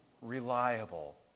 reliable